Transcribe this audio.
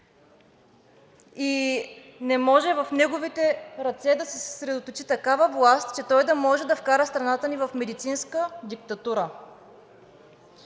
и не може в неговите ръце да се съсредоточи такава власт, че той да може да вкара страната ни в медицинска диктатура.